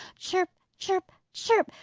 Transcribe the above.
chirp, chirp, chirp!